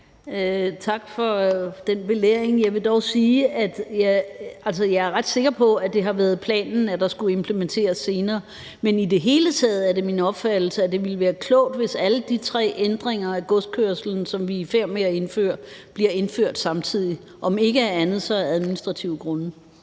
Tak for den belæring. Jeg vil dog sige, at jeg er ret sikker på, at det har været planen, at det skulle implementeres senere. Men det er i det hele taget min opfattelse, at det ville være klogt, hvis alle de tre ændringer af godskørslen, som vi er i færd med at indføre, bliver indført samtidig – om ikke andet så af administrative grunde.